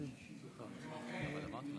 אני מוחה.